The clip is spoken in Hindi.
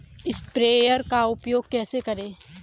स्प्रेयर का उपयोग कैसे करें?